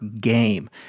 game